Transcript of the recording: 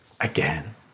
again